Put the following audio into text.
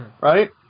Right